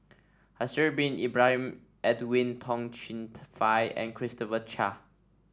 Haslir Bin Ibrahim Edwin Tong Chun Fai and Christopher Chia